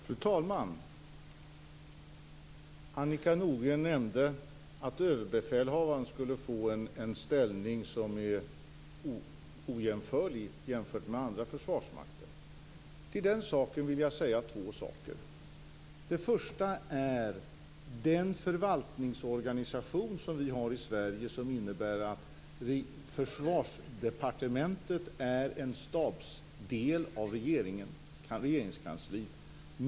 Fru talman! Annika Nordgren nämnde att överbefälhavaren skulle få en ställning inom Försvarsmakten som inte kan jämföras med den som överbefälhavare har i andra försvarsmakter. Med anledning härav vill jag säga två saker. Det gäller för det första den förvaltningsorganisation som vi har i Sverige och som innebär att Försvarsdepartementet är en stabsdel av Regeringskansliet.